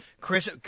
Chris